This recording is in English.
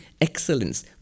excellence